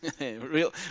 real